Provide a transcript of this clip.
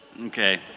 Okay